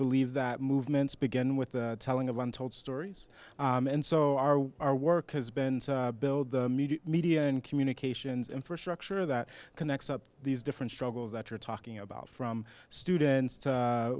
believe that movements begin with the telling of one told stories and so our our work has been build the media media and communications infrastructure that connects up these different struggles that you're talking about from students